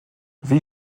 wie